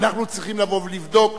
אנחנו צריכים לבוא ולבדוק,